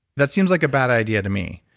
that seems like a bad idea to me